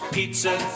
Pizza